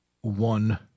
one